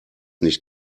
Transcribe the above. nicht